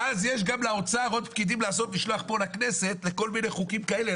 ואז יש גם לאוצר עוד פקידים לעשות משלוח פה לכנסת לכל מיני חוקים כאלה.